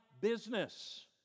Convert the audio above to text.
business